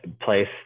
place